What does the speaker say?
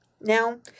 Now